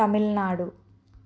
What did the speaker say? Tamil Nadu